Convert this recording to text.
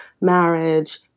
marriage